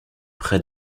près